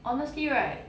honestly right